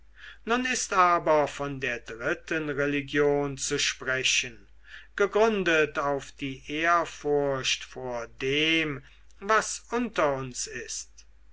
nun ist aber von der dritten religion zu sprechen gegründet auf die ehrfurcht vor dem was unter uns ist